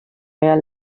mehr